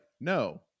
no